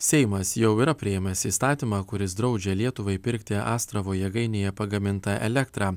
seimas jau yra priėmęs įstatymą kuris draudžia lietuvai pirkti astravo jėgainėje pagamintą elektrą